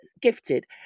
gifted